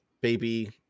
baby